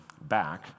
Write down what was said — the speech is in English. back